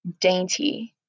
dainty